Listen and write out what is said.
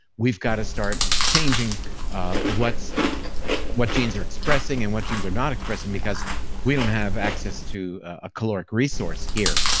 we've gotta start changing what what genes are expressing and what genes are not expressing because we don't have access to a caloric resource here.